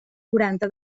quaranta